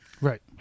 Right